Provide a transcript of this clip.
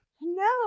No